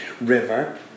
River